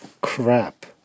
crap